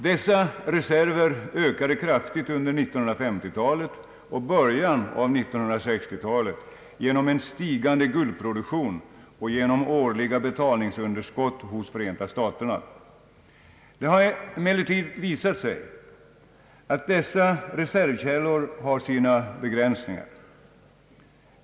Dessa reserver ökade kraftigt under 1950-talet och början av 1960-talet genom stigande guldproduktion och genom årliga betalningsunderskott hos Förenta staterna. Nu har det emellertid visat sig att dessa reservkällor har sina begränsningar.